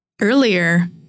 Earlier